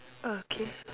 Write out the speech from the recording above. okay